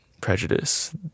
prejudice